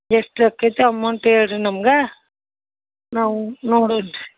ಎಷ್ಟು ಆಕ್ಯಾತಿ ಅಮೌಂಟ್ ಹೇಳ್ರಿ ನಮ್ಗಾ ನಾವು ನೋಡು